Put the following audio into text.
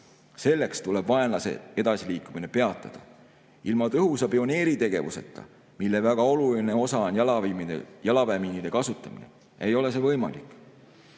Selleks tuleb vaenlase edasiliikumine peatada. Ilma tõhusa pioneeritegevuseta, mille väga oluline osa on jalaväemiinide kasutamine, ei ole see võimalik. Eeltoodud